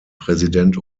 präsident